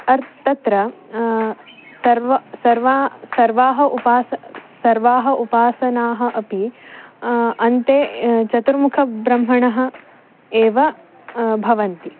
अत्र तत्र सर्वे सर्वाः सर्वाः उपासनाः सर्वाः उपासनाः अपि सन्ते चतुर्मुखब्रह्मणः एव भवन्ति